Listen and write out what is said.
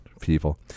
people